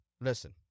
Listen